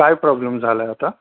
काय प्रॉब्लेम झाला आहे आता